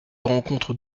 rencontre